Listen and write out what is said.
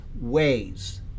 ways